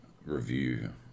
review